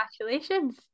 congratulations